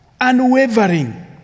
unwavering